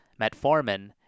metformin